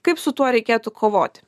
kaip su tuo reikėtų kovoti